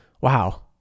Wow